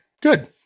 Good